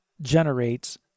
generates